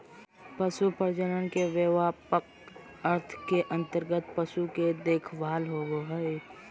पशु प्रजनन के व्यापक अर्थ के अंतर्गत पशु के देखभाल होबो हइ